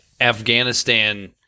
Afghanistan –